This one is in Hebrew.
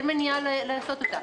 אין מניעה לעשות אותה.